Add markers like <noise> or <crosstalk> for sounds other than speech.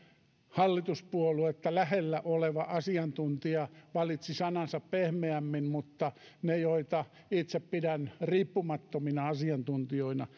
hallituspuoluetta lähellä oleva asiantuntija valitsi sanansa pehmeämmin mutta niistä joita itse pidän riippumattomina asiantuntijoina <unintelligible>